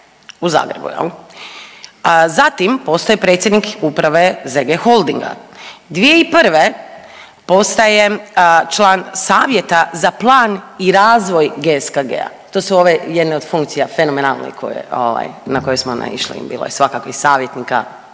u Zagrebu jel. Zatim postaje predsjednik uprave ZG Holdinga. 2001. postaje član savjeta za plan i razvoj GSKG-a to su ove jedne od funkcija fenomenalne koje ovaj na koje smo naišli, bilo je svakakvih savjetnika,